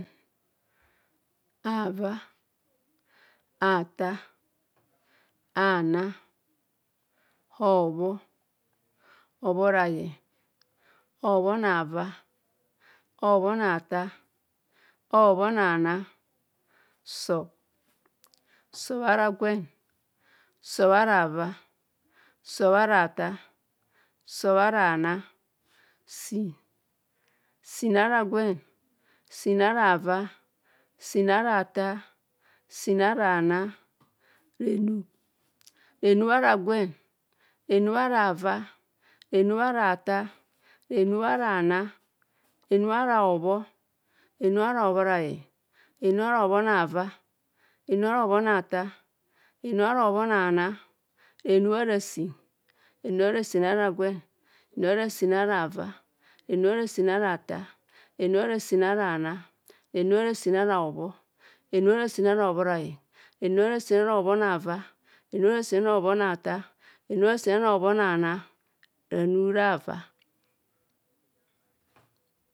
Avaa. Athaar. Aana. Hobho. Hobhorayen. Hobonava. Hobhonathaar. Hobhonana. Sob. Sob ara gwen. Sob ara aava. Sob ara athaar. Sob ara aana. Siin ara gwen. Siin ara aava. Siin ara aathar. Siin ara aana. Renub. Renub ara gwen. Renub ara aava. Renub ara aathar. Renub ara. Renub ara aana. Renub ara hobho. Renub ara hobhora yen. Renub ara hobhenava. Renub ara hobhenaathar. Renub ara hobhonaana. Renub ara siin. Renub ara siin ara aavn. Renub ara siin ara aatha. Renub ara siin ara aana. Renub ara siin ara hobho. Renub ara siin ara hobhorayen. Renub ara siin ara hobhonava. Renub ara siin ara hobhona thar. Renub ara siin ara hobho nana